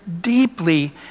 deeply